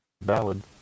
valid